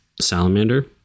salamander